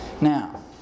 Now